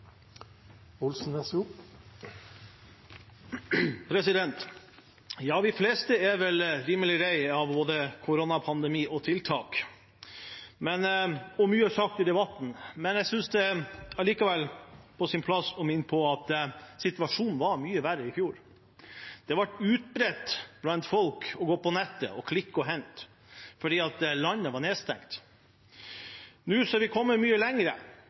fleste er vel rimelig lei av både koronapandemi og tiltak, og mye er sagt i debatten. Jeg synes allikevel det er på sin plass å minne om at situasjonen var mye verre i fjor. Det ble utbredt blant folk å gå på nettet og bruke klikk og hent fordi landet var nedstengt. Nå har vi kommet mye